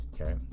Okay